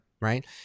right